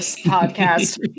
podcast